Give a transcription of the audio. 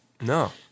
No